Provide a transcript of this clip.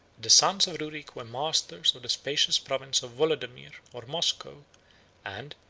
the sons of ruric were masters of the spacious province of wolodomir, or moscow and,